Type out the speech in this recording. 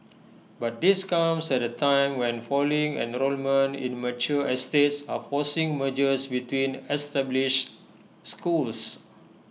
but this comes at A time when falling enrolment in mature estates are forcing mergers between established schools